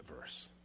verse